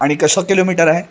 आणि कसं किलोमीटर आहे